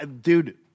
Dude